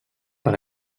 per